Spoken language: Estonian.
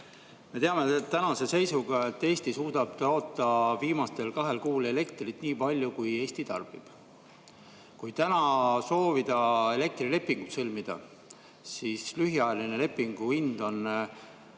Me teame tänase seisuga, et Eesti suudab toota viimasel kahel kuul elektrit nii palju, kui Eesti tarbib. Kui täna soovida elektrilepingut sõlmida, siis lühiajalise lepingu hind on